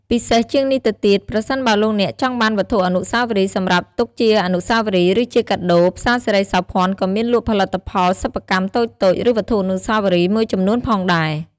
ពិសេសជាងនេះទៅទៀតប្រសិនបើលោកអ្នកចង់បានវត្ថុអនុស្សាវរីយ៍សម្រាប់ទុកជាអនុស្សាវរីយ៍ ឬជាកាដូ ផ្សារសិរីសោភ័ណក៏មានលក់ផលិតផលសិប្បកម្មតូចៗ ឬវត្ថុអនុស្សាវរីយ៍មួយចំនួនផងដែរ។